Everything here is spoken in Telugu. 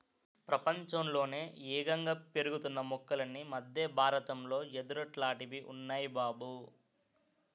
ప్రపంచంలోనే యేగంగా పెరుగుతున్న మొక్కలన్నీ మద్దె బారతంలో యెదుర్లాటివి ఉన్నాయ్ బాబూ